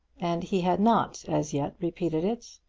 and he had not as yet repeated it.